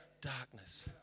darkness